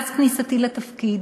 מאז כניסתי לתפקיד